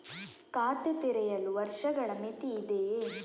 ಖಾತೆ ತೆರೆಯಲು ವರ್ಷಗಳ ಮಿತಿ ಇದೆಯೇ?